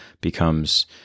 becomes